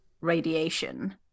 Radiation